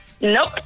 Nope